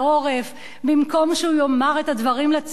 במקום שהוא יאמר את הדברים לציבור בקולו,